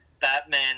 Batman